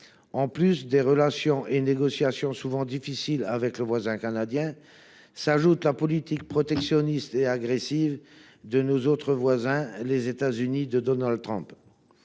du Nord. Aux relations et négociations souvent difficiles avec le voisin canadien, s’ajoute désormais la politique protectionniste et agressive de notre autre voisin, les États Unis de Donald Trump.